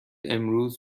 امروز